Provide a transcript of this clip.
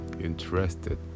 interested